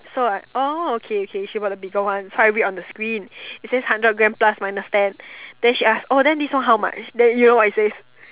so like oh okay okay she bought the bigger one so I read on the screen it says hundred gram plus minus ten then she ask oh then this one how much then you know what it says